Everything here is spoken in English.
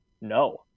No